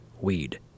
weed